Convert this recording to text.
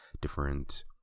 different